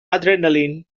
adrenaline